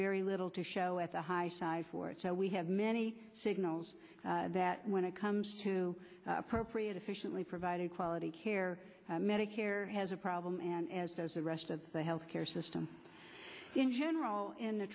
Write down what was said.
very little to show at the high side for it so we have many signals that when it comes to appropriate efficiently providing quality care medicare has a problem and as does the rest of the health care system in general in the